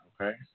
okay